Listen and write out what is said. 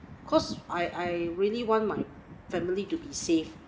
cause I I really want my family to be saved